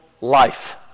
life